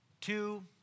two